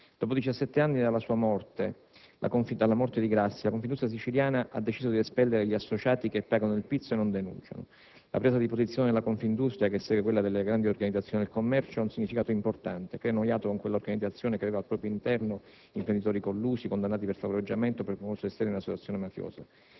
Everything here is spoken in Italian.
Dopo 16 anni dalla sua morte, la Confindustria siciliana ha deciso di espellere gli associati che pagano il pizzo e non denunciano. La presa di posizione della Confindustria, che segue quella delle grandi organizzazioni del commercio, ha un significato importante e crea uno iato con quella organizzazione, che al proprio interno aveva imprenditori collusi, condannati per favoreggiamento e per concorso esterno in associazione mafiosa.